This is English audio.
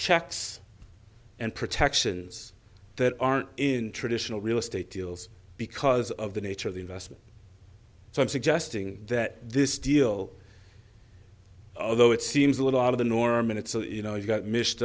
checks and protections that aren't in traditional real estate deals because of the nature of the investment so i'm suggesting that this deal though it seems a little out of the norm and it's a you know you've got mi